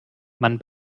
man